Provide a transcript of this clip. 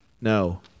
no